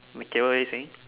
okay what were you saying